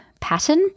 Pattern